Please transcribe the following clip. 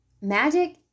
magic